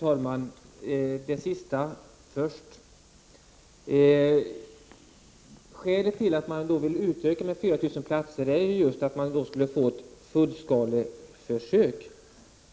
Herr talman! Skälet till en utökning med 4 000 platser är att man då skulle få ett fullskaleförsök.